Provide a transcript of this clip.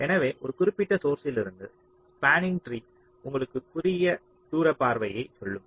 எனவே ஒரு குறிப்பிட்ட சோர்ஸ்லிருந்து ஸ்பாண்ணிங் ட்ரீ உங்களுக்கு குறுகிய தூர பாதையை சொல்லும்